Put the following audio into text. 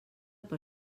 per